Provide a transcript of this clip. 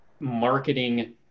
marketing